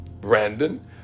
Brandon